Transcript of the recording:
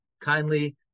kindly